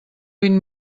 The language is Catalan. vint